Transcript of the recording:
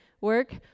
work